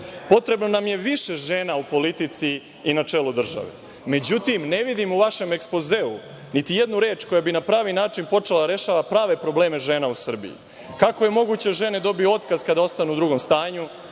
Potrebno nam je više žena u politici i na čelu države. Međutim, ne vidim u vašem ekspozeu niti jednu reč koja bi na pravi način počela da rešava prave probleme žena u Srbiji. Kako je moguće da žene dobiju otkaz kada ostanu u drugom stanju?